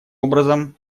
образом